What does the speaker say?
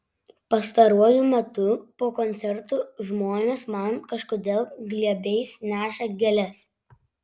pastaruoju metu po koncertų žmonės man kažkodėl glėbiais neša gėles